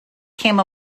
came